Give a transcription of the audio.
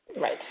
Right